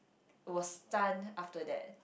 was stunned after that